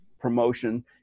promotion